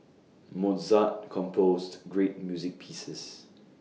Mozart composed great music pieces